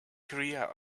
korea